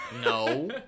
No